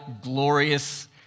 glorious